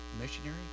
missionary